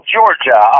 Georgia